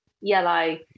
yellow